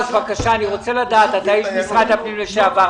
אתה איש משרד הפנים לשעבר.